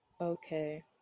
Okay